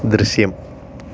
ദൃശ്യം